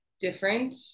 different